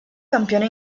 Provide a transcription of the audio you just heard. campione